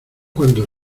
cuando